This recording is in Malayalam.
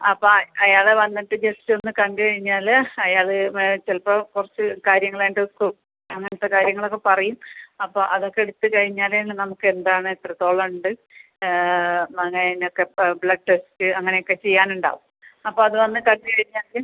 അപ്പം അയാളെ വന്നിട്ട് ജസ്റ്റ് ഒന്ന് കണ്ട് കഴിഞ്ഞാൽ അയാൾ ചിലപ്പം കുറച്ച് കാര്യങ്ങളെ എടുക്കൂ അങ്ങനത്തെ കാര്യങ്ങൾ ഒക്കെ പറയും അപ്പം അതൊക്കെ എടുത്ത് കഴിഞ്ഞാൽ തന്നെ നമുക്ക് എന്താണ് എത്രത്തോളം ഉണ്ട് അങ്ങനെ ഒക്കെ ബ്ലഡ് ടെസ്റ്റ് അങ്ങനെ ഒക്കെ ചെയ്യാൻ ഉണ്ടാവും അപ്പം അതും ഒന്ന് കണ്ട് കഴിഞ്ഞാൽ